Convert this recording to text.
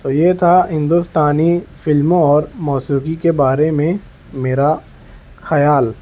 تو یہ تھا ہندوستانی فلموں اور موسیقی کے بارے میں میرا خیال